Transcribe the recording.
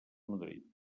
madrid